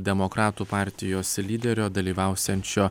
demokratų partijos lyderio dalyvausiančio